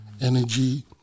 energy